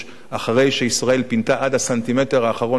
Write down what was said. אחרי שישראל פינתה עד הסנטימטר האחרון את עזה